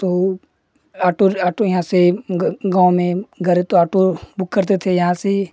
तो auto auto यहाँ से गाँ गाँव में घर पर ऑटो बुक करते थे यहाँ से